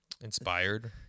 inspired